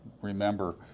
remember